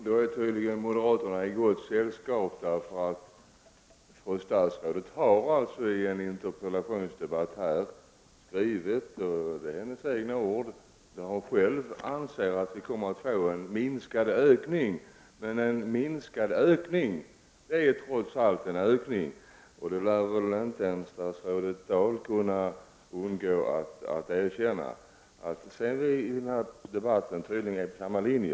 Herr talman! Moderaterna är tydligen i gott sällskap, eftersom fru statsrådet själv uttalat i en interpellationsdebatt att hon anser att vi kommer att få en minskad ökning. En minskad ökning är dock trots allt en ökning, och det kan väl inte ens statsrådet Dahl undgå att erkänna. Sedan glädjer det mig att vi i den här debatten är inne på samma linje.